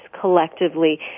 collectively